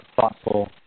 thoughtful